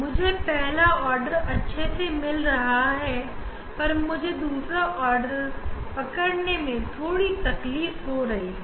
मुझे पहला आर्डर अच्छे से मिल रहा है लेकिन दूसरा आर्डर पकड़ने में कठिनाई हो रही है